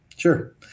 Sure